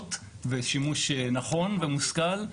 אלות ושימוש נכון ומושכל,